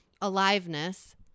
aliveness